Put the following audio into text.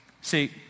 See